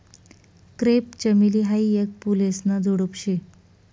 crepe चमेली हायी येक फुलेसन झुडुप शे